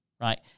right